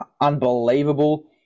unbelievable